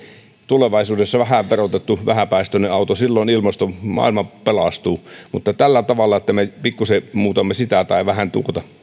tulevaisuudessa vähän verotettu vähäpäästöinen auto silloin maailma pelastuu mutta tällä tavalla että me pikkusen muutamme sitä tai vähän tuota veroa